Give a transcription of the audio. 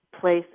place